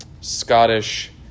Scottish